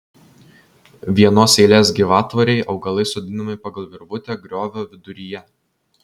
vienos eilės gyvatvorei augalai sodinami pagal virvutę griovio viduryje